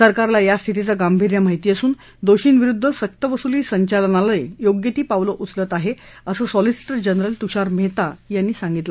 सरकारला या स्थितीचं गांभीय माहिती असून दोषींविरुद्ध सक्तवसुली संचालनालय योग्य ती पावलं उचलत आहे असं सॉलिस्टिर जनरल तुषार मेहता यांनी सांगितलं